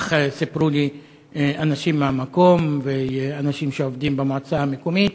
כך סיפרו לי אנשים מהמקום ואנשים שעובדים במועצה המקומית.